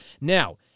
Now